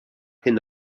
hyn